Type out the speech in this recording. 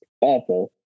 awful